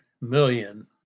million